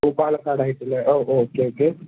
ഓ പാലക്കാടു ആയിട്ടില്ലേ ഓ ഓ ഓക്കേ ഓക്കേ